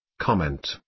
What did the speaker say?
Comment